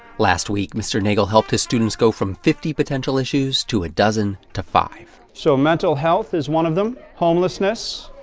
last week, mr. neagle helped his students go from fifty potential issues, to a dozen, to five. so mental health is one of them. homelessness.